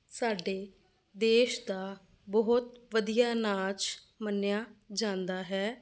ਸਾਡੇ ਦੇਸ਼ ਦਾ ਬਹੁਤ ਵਧੀਆ ਨਾਚ ਮੰਨਿਆ ਜਾਂਦਾ ਹੈ